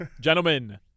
gentlemen